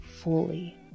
fully